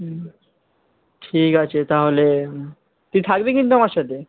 হুম ঠিক আছে তাহলে তুই থাকবি কিন্তু আমার সাথে